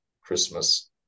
Christmas